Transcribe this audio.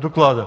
доклада.